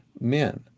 men